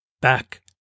back